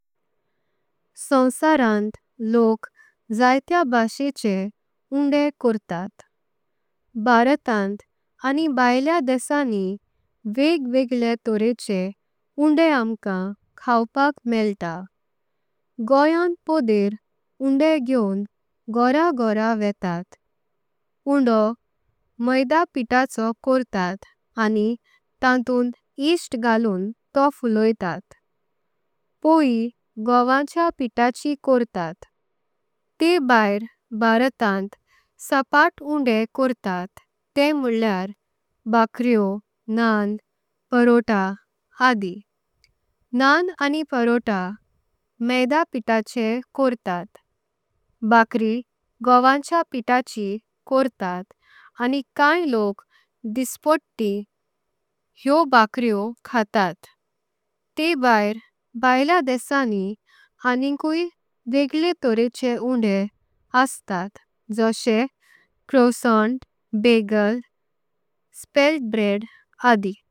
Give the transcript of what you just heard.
सोनसारांत लोक जाईत्या भाषेचे उंदे करतात भारतांत आनि। भायलें देशांनी वेग वेगळे तोरेंचें उंदे आमकाम खातपाक मेळता। गोयांत पोदर उंदे घेऊन घोरा घोरा वेतात उंदो मैदा पिटाचो। करतात आनि तांतून यीस्ट घालून तो फुलोतात पोई घोंवाच्या। पिटाची करतात ते भायर भारतांत सपट उंदे करतात ते। म्हळेकार बकरेओ नान परोटा आदि नान आनि। परोटा मैदा पिटाचे करतात बकरी घोंवाच्या पिटाची। करतात आनि कै लोक दिसापोट्टीं हें बकरेओ खातात। ते भायर भायला देशांनी अनिकुई वेगळे तोरेंचें उंदे। असतात जॉशें क्रोइसँट बागेल स्पेल्ट ब्रेड आदि।